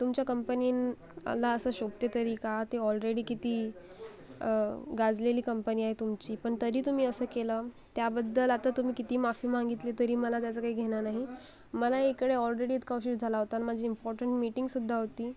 तुमच्या कंपनीला असं शोभते तरी का ते ऑलरेडी किती गाजलेली कंपनी आहे तुमची पण तरी तुम्ही असं केलं त्याबद्दल आता तुम्ही किती माफी मागितली तरी मला त्याचं काही घेणं नाही मला इकडे ऑलरेडी इतका उशीर झाला होता अन माझी इम्पॉर्टंट मीटिंगसुद्धा होती